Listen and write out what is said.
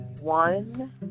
One